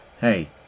hey